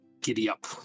giddy-up